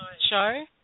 show